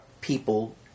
people